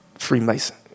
Freemason